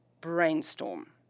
brainstorm